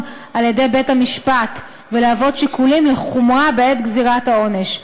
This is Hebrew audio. על-ידי בית-המשפט ולהיחשב שיקולים לחומרה בזירת העונש.